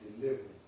deliverance